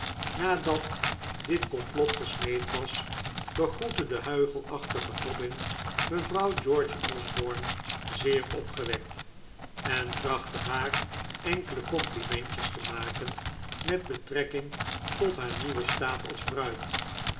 nadat dit complot gesmeed was begroette de huichelachtige dobbin mevrouw george osborne zeer opgewekt en trachtte haar enkele complimentjes te maken met betrekking tot haar nieuwen staat als bruid